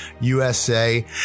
USA